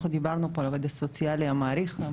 דיברנו פה על העובד הסוציאלי המעריך ואנחנו